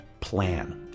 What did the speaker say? Plan